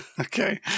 Okay